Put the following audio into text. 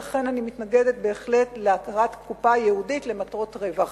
ולכן אני מתנגדת בהחלט להקמת קופה ייעודית למטרות רווח,